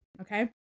Okay